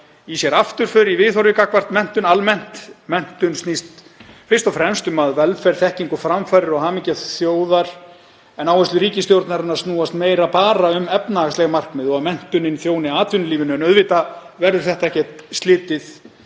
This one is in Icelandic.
í sér afturför í viðhorfi gagnvart menntun almennt. Menntun snýst fyrst og fremst um velferð, þekkingu, framfarir og hamingju þjóðar en áherslur ríkisstjórnarinnar snúast meira bara um efnahagsleg markmið og að menntunin þjóni atvinnulífinu. Þetta verður ekki slitið